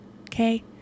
Okay